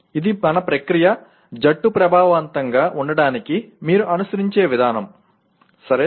ఇది ఒక ప్రక్రియ జట్టు ప్రభావవంతంగా ఉండటానికి మీరు అనుసరించే విధానం సరే